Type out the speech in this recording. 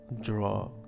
draw